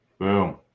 Boom